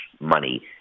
money